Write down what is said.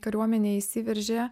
kariuomenė įsiveržė